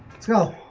so